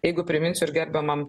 jeigu priminsiu ir gerbiamam